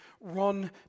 run